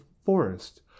forest